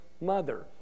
mother